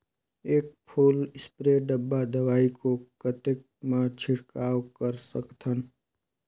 एक full spray डब्बा दवाई को कतेक म छिड़काव कर सकथन?